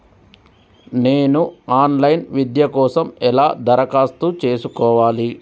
నేను online విద్య కోసం ఎలా దరఖాస్తు చేసుకోవాలి?